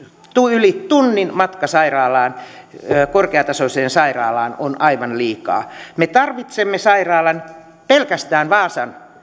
yli tunnin matka korkeatasoiseen sairaalaan on aivan liikaa me tarvitsemme sairaalan pelkästään vaasan